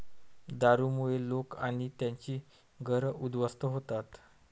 दारूमुळे लोक आणि त्यांची घरं उद्ध्वस्त होतात